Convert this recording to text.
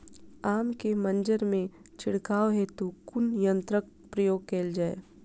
आम केँ मंजर मे छिड़काव हेतु कुन यंत्रक प्रयोग कैल जाय?